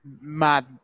mad